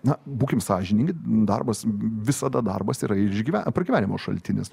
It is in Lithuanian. na būkim sąžiningi darbas visada darbas yra ir išgy pragyvenimo šaltinis